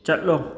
ꯆꯠꯂꯣ